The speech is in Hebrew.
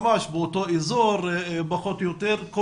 ממש באותו אזור פחות או יותר,